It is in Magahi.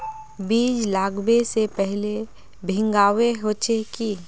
बीज लागबे से पहले भींगावे होचे की?